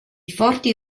forti